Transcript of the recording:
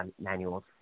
manuals